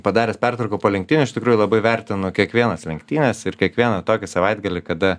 padaręs pertrauką po lenktynių iš tikrųjų labai vertinu kiekvienas lenktynes ir kiekvieną tokį savaitgalį kada